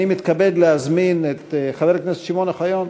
אני מתכבד להזמין את חבר הכנסת שמעון אוחיון,